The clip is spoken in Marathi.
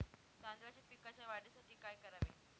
तांदळाच्या पिकाच्या वाढीसाठी काय करावे?